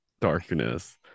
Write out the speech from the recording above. darkness